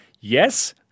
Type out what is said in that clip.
Yes